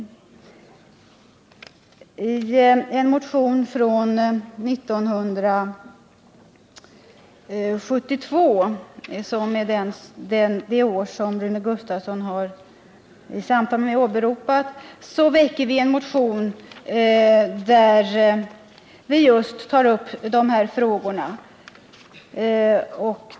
År 1972 — det år som Rune Gustavsson i sammanhanget har åberopat — väckte vi en motion, nummer 1819, där vi tog upp just de här frågorna.